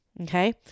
Okay